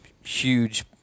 huge